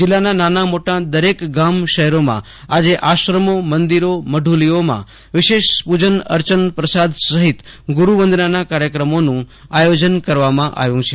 જિલ્લાના નાના મોટા દરેક ગામ શહેરોમાં આજે આશ્રમો મંદિરો મહુલીઓમાં વિશેષ પૂજન અર્ચન પ્રસાદ સહિત ગુરૂવંદના કાર્યક્રમોનું આયોજન કરવામાં આવ્યું છે